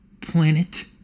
Planet